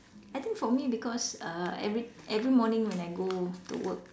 I think for me because uh every every morning when I go to work